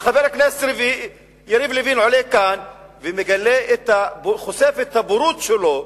וחבר הכנסת יריב לוין עולה כאן וחושף את הבורות שלו